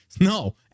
No